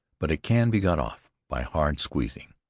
but it can be got off by hard squeezing.